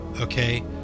okay